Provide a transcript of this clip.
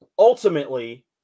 Ultimately